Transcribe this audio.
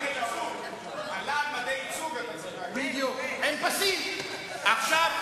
יש לי הסבר למה הסיעות האלה נוהגות